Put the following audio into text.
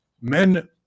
men